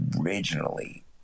originally